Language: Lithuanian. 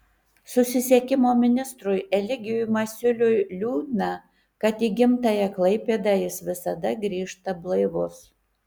susisiekimo ministrui eligijui masiuliui liūdna kad į gimtąją klaipėdą jis visada grįžta blaivus